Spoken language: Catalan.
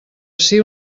ací